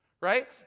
right